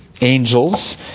angels